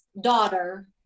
daughter